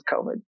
COVID